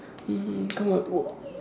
mm come out work